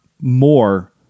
more